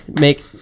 make